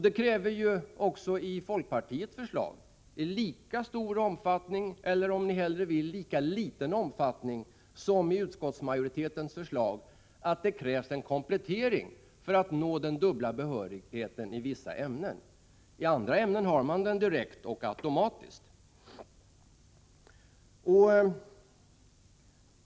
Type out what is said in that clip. Det medför att det i lika stor — eller, om man så vill, liten — omfattning som när det gäller utskottsmajoritetens förslag krävs en komplettering för att uppnå den dubbla behörigheten i vissa ämnen. I andra ämnen har man behörigheten direkt och automatiskt.